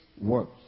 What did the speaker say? works